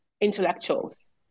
intellectuals